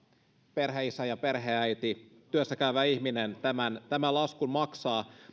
perheenisä ja perheenäiti työssäkäyvä ihminen tämän tämän laskun maksaa